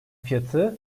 fiyatı